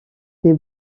des